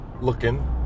looking